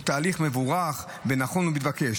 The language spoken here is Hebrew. אין ספק שהיא תהליך מבורך ונכון ומתבקש.